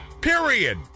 Period